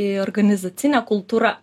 į organizacinę kultūra